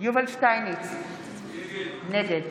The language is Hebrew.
יובל שטייניץ, נגד